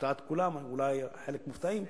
להפתעת כולם, אולי חלק מופתעים.